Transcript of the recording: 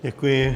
Děkuji.